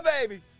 baby